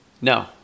No